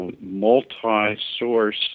multi-source